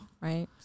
right